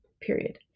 period